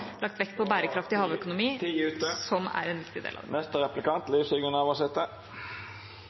lagt vekt på bærekraftig havøkonomi, som er en viktig del av det.